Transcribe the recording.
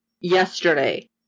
yesterday